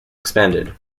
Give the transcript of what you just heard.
expanded